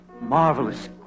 marvelous